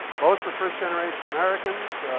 both were first-generation americans.